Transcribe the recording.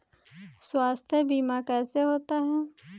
स्वास्थ्य बीमा कैसे होता है?